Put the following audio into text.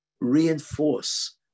reinforce